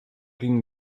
ging